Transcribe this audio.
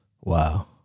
Wow